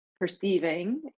Perceiving